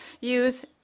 use